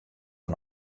der